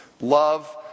Love